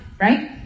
right